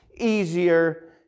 easier